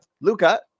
Luca